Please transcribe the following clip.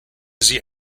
sie